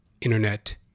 internet